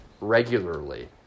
regularly